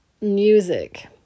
music